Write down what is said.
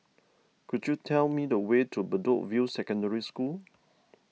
could you tell me the way to Bedok View Secondary School